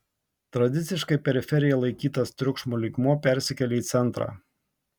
tradiciškai periferija laikytas triukšmo lygmuo persikelia į centrą